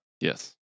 yes